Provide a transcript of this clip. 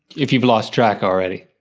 if you've lost track already.